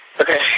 Okay